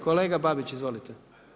Kolega Babić, izvolite.